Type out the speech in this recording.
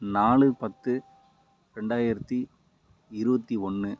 நாலு பத்து ரெண்டாயிரத்தி இருபத்தி ஒன்று